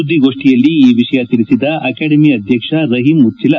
ಸುದ್ದಿಗೋಷ್ಠಿಯಲ್ಲಿ ಈ ವಿಷಯ ತಿಳಿಸಿದ ಅಕಾಡೆಮಿ ಅಧ್ಯಕ್ಷ ರಹೀಂ ಉಚ್ಚಲ